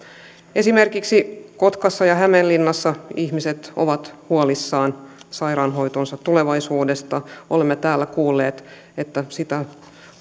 esimerkiksi kotkassa ja hämeenlinnassa ihmiset ovat huolissaan sairaanhoitonsa tulevaisuudesta olemme täällä kuulleet että sitä